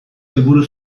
helburu